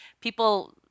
People